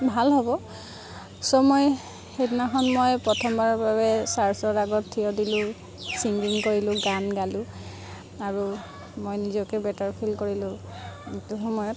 ভাল হ'ব ছ' মই সেইদিনাখন মই প্ৰথমবাৰৰ বাবে চাৰ্চৰ আগত ঠিয় দিলোঁ ছিংগিং কৰিলোঁ গান গালোঁ আৰু মই নিজকে বেটাৰ ফিল কৰিলোঁ সেইটো সময়ত